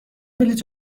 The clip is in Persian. بلیط